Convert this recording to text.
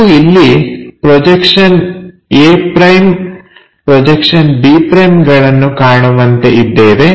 ನಾವು ಇಲ್ಲಿ projection a' projection b' ಗಳನ್ನು ಕಾಣುವಂತೆ ಇದ್ದೇವೆ